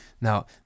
Now